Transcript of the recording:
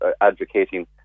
advocating